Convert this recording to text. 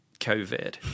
COVID